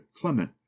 Clement